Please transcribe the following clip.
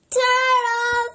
turtle